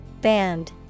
Band